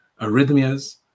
arrhythmias